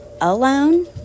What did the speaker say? alone